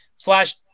Flash